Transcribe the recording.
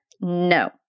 no